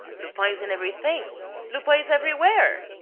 lupin is in everything lupin is everywhere!